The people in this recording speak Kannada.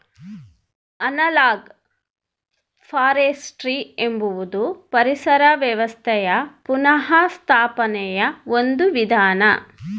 ಅನಲಾಗ್ ಫಾರೆಸ್ಟ್ರಿ ಎಂಬುದು ಪರಿಸರ ವ್ಯವಸ್ಥೆಯ ಪುನಃಸ್ಥಾಪನೆಯ ಒಂದು ವಿಧಾನ